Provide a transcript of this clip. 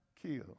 killed